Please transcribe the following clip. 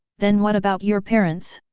then what about your parents?